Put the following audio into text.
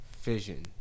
Fission